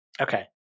Okay